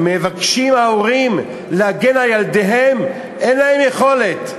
כשההורים מבקשים להגן על ילדיהם, אין להם יכולת.